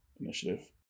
initiative